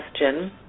question